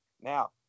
now